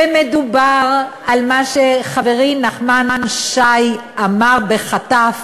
ומדובר על מה שחברי נחמן שי אמר בחטף,